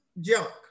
junk